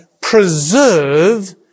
preserve